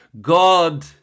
God